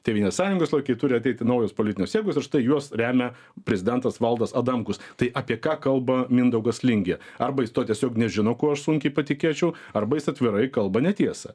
tėvynės sąjungos lokiai turi ateiti naujos politinės jėgos ir štai juos remia prezidentas valdas adamkus tai apie ką kalba mindaugas lingė arba jis to tiesiog nežino kuo aš sunkiai patikėčiau arba jis atvirai kalba netiesą